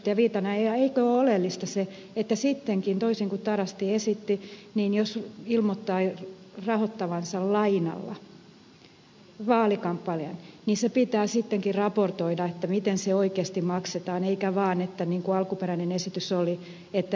viitanen eikö ole oleellista se että toisin kuin tarasti esitti jos ilmoittaa rahoittavansa lainalla vaalikampanjan se pitää sittenkin raportoida miten se oikeasti maksetaan eikä vaan niin kuin alkuperäinen esitys oli että ilmoittaa suunnitelman